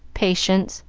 patience,